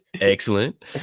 Excellent